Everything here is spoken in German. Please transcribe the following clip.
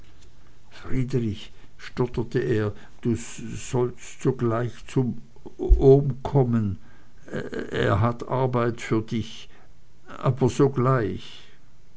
friedrich stotterte er du sollst sogleich zum ohm kommen er hat arbeit für dich aber sogleich